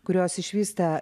kurios išvysta